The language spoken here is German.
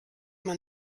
man